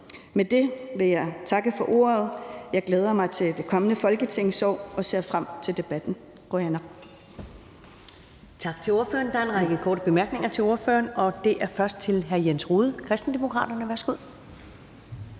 Med det vil jeg takke for ordet. Jeg glæder mig til det kommende folketingsår og ser frem til debatten.